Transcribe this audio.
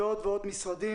ועוד ועוד משרדים,